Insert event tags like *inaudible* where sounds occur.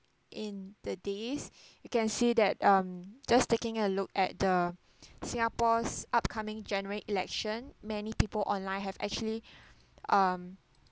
in the days *breath* you can see that um just taking a look at the singapore's upcoming general election many people online have actually *breath* um